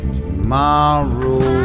tomorrow